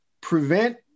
prevent